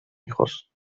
hijos